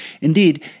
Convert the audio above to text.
Indeed